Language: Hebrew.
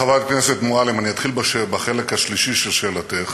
חברת הכנסת מועלם, אתחיל בחלק השלישי של שאלתך.